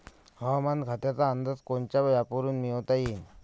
हवामान खात्याचा अंदाज कोनच्या ॲपवरुन मिळवता येईन?